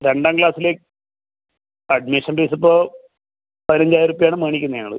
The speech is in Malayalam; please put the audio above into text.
രണ്ടാം ക്ലാസ്സിലെ അഡ്മിഷൻ ഫീസ് ഇപ്പോൾ പതിനഞ്ചായിരം ഉർപ്യ ആണ് മേടിക്കുന്നത് ഞങ്ങൾ